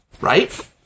Right